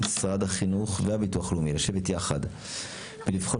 ממשרד החינוך והביטוח הלאומי לשבת ביחד ולבחון